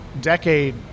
decade